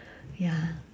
ya